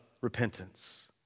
repentance